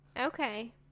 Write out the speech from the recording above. okay